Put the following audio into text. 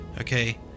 Okay